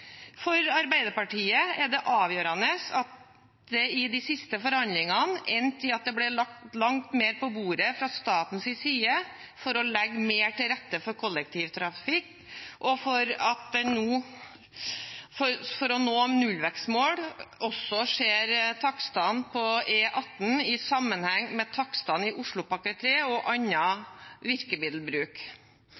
For Arbeiderpartiet er det avgjørende at de siste forhandlingene endte med at det ble lagt langt mer på bordet fra statens side for å legge mer til rette for kollektivtrafikk, og at man for å nå nullvekstmål også ser takstene på E18 i sammenheng med takstene i Oslopakke 3 og